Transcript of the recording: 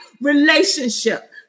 relationship